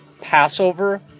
Passover